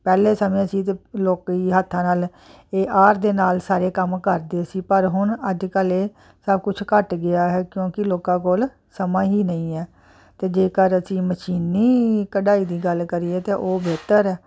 ਪਹਿਲੇ ਸਮੇਂ ਸੀ ਅਤੇ ਲੋਕੀ ਹੱਥਾਂ ਨਾਲ ਇਹ ਆਹਰ ਦੇ ਨਾਲ ਸਾਰੇ ਕੰਮ ਕਰਦੇ ਸੀ ਪਰ ਹੁਣ ਅੱਜ ਕੱਲ੍ਹ ਇਹ ਸਭ ਕੁਛ ਘੱਟ ਗਿਆ ਹੈ ਕਿਉਂਕਿ ਲੋਕਾਂ ਕੋਲ ਸਮਾਂ ਹੀ ਨਹੀਂ ਹੈ ਅਤੇ ਜੇਕਰ ਅਸੀਂ ਮਸ਼ੀਨੀ ਕਢਾਈ ਦੀ ਗੱਲ ਕਰੀਏ ਕਿ ਉਹ ਬਿਹਤਰ ਹੈ